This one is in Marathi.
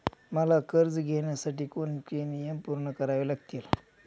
मला कर्ज घेण्यासाठी कोणते नियम पूर्ण करावे लागतील?